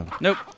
Nope